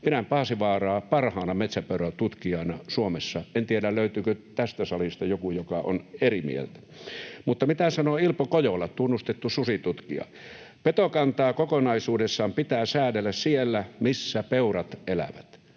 Pidän Paasivaaraa parhaana metsäpeuratutkijana Suomessa. En tiedä, löytyykö tästä salista joku, joka on eri mieltä. Mutta mitä sanoo Ilpo Kojola, tunnustettu susitutkija: ”Petokantaa kokonaisuudessaan pitää säädellä siellä, missä peurat elävät.”